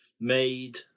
made